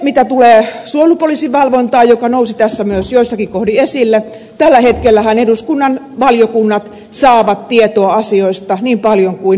mitä tulee suojelupoliisin valvontaan joka nousi joissakin kohdin esille tällä hetkellähän eduskunnan valiokunnat saavat tietoa asioista niin paljon kuin vain haluavat